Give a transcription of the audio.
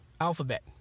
alphabet